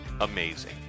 amazing